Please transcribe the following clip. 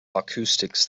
acoustics